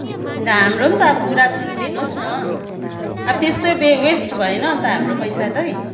अन्त हाम्रो पनि त कुरा सुनिदिनुहोस् न अब त्यस्तै वेस्ट भएन अन्त हाम्रो पैसा चाहिँ